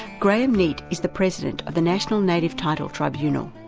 grahame neate is the president of the national native title tribunal.